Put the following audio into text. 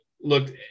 look